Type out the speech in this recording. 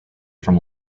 from